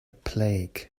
plague